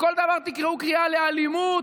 לכל דבר תקראו קריאה לאלימות.